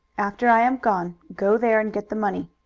after i am gone go there and get the money,